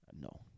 No